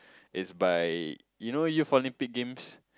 it's by you know Youth Olympic Games